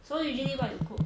so usually what you cook